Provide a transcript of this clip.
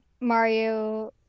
Mario